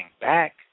back